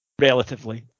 relatively